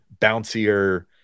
bouncier